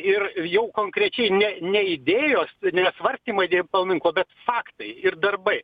ir jau konkrečiai ne ne idėjos ne svarstymai dėl paminklo bet faktai ir darbai